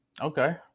Okay